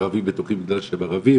ערבים בטוחים בגלל שהם ערבים,